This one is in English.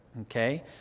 okay